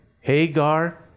Hagar